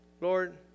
Lord